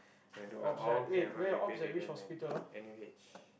gonna do my I'm gonna be bedridden man n_u_h